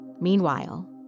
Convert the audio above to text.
Meanwhile